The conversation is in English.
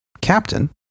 captain